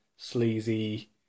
sleazy